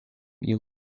ihre